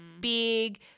big